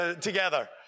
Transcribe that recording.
together